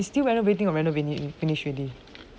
is still renovating or renovate finish already